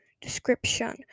description